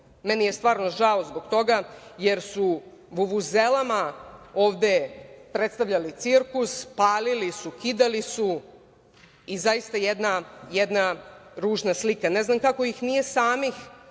Meni je stvarno žao zbog toga jer su vuvuzelama ovde predstavljali cirkus, palili su, kidali su i zaista jedna ružna slika. Ne znam kako ih nije samih